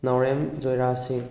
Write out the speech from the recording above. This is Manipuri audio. ꯅꯥꯎꯔꯦꯝ ꯖꯣꯏꯔꯥꯖ ꯁꯤꯡ